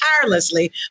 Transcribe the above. tirelessly